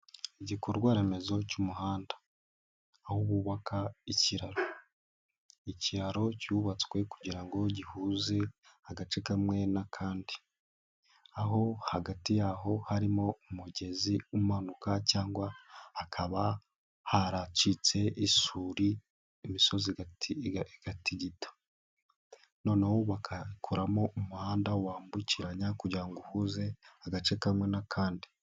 Igikorwa remezo cy'umuhanda, aho wubaka ikiraro. Ikiro cyubatswe kugira ngo gihuze agace kamwe n'akandi, aho hagati yaho harimo umugezi umanuka cyangwa hakaba haracitse isuri imisozi igatitigita noneho bakakoramo umuhanda wambukiranya kugira ngo uhuze agace kamwe n'akandi.